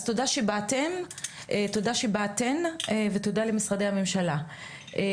אז תודה שבאתן ותודה למשרדי הממשלה.